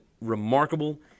remarkable